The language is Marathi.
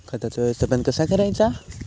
खताचा व्यवस्थापन कसा करायचा?